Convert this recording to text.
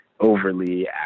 overly